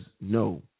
no